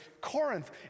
Corinth